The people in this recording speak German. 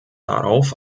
darauf